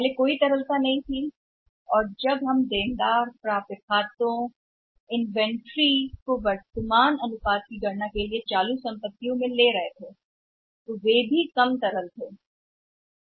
पहले कोई तरलता नहीं थी और जब कर्जदार कर्जदार खातेदार होते हैं हम भी वर्तमान अनुपात की गणना के लिए इन्वेंट्री की तरह कम या कम तरल थे सभी मौजूदा परिसंपत्तियों को ध्यान में रखते हुए